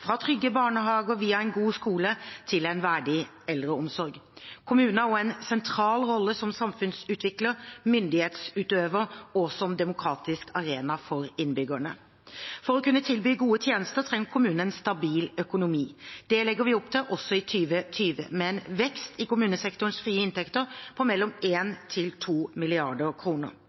fra trygge barnehager via en god skole til en verdig eldreomsorg. Kommunene har også en sentral rolle som samfunnsutvikler, myndighetsutøver og som demokratisk arena for innbyggerne. For å kunne tilby gode tjenester trenger kommunene en stabil økonomi. Det legger vi opp til også i 2020, med en vekst i kommunesektorens frie inntekter på mellom